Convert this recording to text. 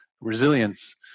resilience